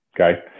okay